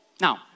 Now